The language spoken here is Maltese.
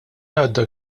għadda